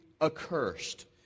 accursed